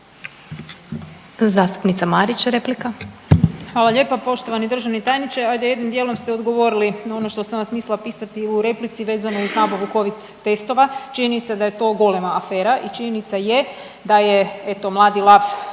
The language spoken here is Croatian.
replika. **Marić, Andreja (SDP)** Hvala lijepa. Poštovani državni tajniče, ajde jednim djelom ste odgovorili na ono što sam vas mislila pitati u replici vezano uz nabavu Covid testova. Činjenica je da to golema afera i činjenica je da je eto mladi lav